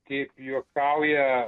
kaip juokauja